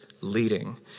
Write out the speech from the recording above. leading